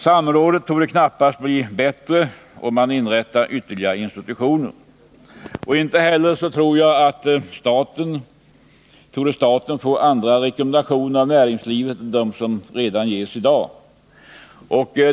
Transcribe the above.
Samrådet torde knappast bli bättre om man inrättar ytterligare institutioner. Inte heller torde staten få andra rekommendationer av näringslivet än de som ges redan i dag.